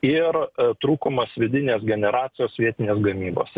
ir trūkumas vidinės generacijos vietinės gamybos